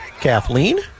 Kathleen